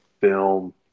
film